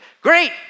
Great